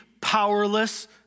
powerless